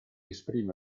esprime